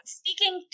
speaking